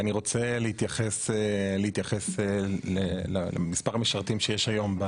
אני רוצה להתייחס למספר המשרתים שיש היום,